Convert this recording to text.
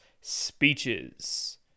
speeches